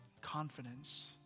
confidence